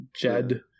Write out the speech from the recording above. jed